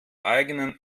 eigenen